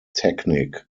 technique